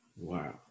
Wow